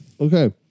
Okay